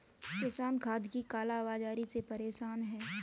किसान खाद की काला बाज़ारी से परेशान है